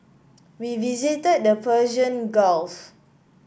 we visited the Persian Gulf